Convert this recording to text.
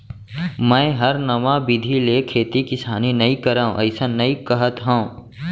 मैं हर नवा बिधि ले खेती किसानी नइ करव अइसन नइ कहत हँव